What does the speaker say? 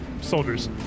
soldiers